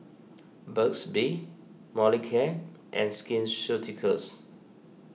Burt's Bee Molicare and Skin Ceuticals